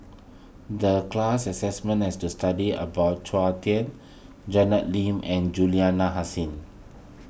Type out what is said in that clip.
the class assessment is to study about Chua Thian Janet Lim and Juliana Hasin